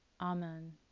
Amen